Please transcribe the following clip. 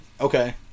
Okay